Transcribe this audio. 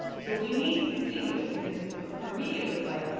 so we need to distinguish, because for me it was like,